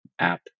app